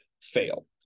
fail